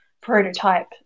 prototype